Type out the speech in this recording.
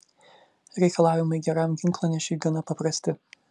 reikalavimai geram ginklanešiui gana paprasti